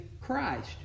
Christ